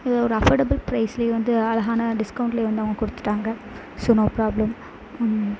இதை ஒரு அஃபோர்டபுள் பிரைஸ்லேயே வந்து அழகான டிஸ்கவுண்டிலே வந்து அவங்க கொடுத்துட்டாங்க ஸோ நோ பிராப்ளம்